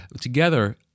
together